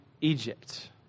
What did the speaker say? Egypt